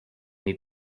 need